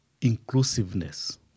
inclusiveness